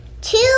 two